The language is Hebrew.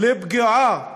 לפגיעה